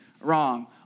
wrong